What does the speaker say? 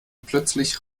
plötzlich